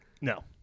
No